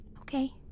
okay